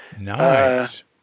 Nice